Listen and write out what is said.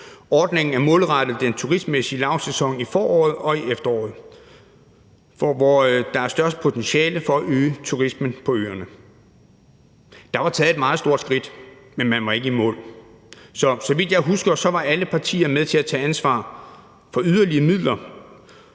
Ordningen er målrettet den turistmæssige lavsæson i foråret og i efteråret, hvor der er størst potentiale for at øge turismen på øerne. Der var taget et meget stort skridt, men man var ikke i mål. Så vidt jeg husker, var alle partier med til at tage ansvar for yderligere midler